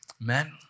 Amen